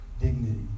dignity